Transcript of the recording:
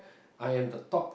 I am the top